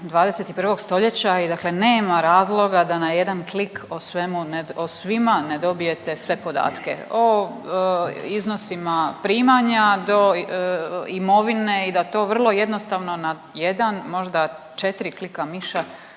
21. stoljeća i dakle nema razloga da na jedan klik o svemu, o svima ne dobijete sve podatke o iznosima primanja do imovine i da to vrlo jednostavno na jedan možda četiri klika miša